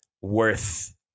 worth